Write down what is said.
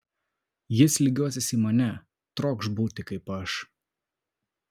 jis lygiuosis į mane trokš būti kaip aš